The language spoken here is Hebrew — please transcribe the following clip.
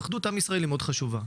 אחדות עם ישראל היא מאוד חשובה.